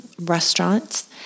restaurants